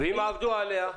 ואם עבדו עליה?